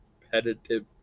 competitive